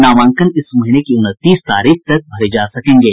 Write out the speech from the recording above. नामांकन इस महीने की उनतीस तारीख तक भरे जा सकेंगे